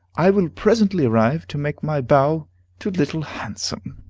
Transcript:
i will presently arrive, to make my bow to little handsome.